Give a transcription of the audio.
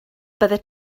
byddet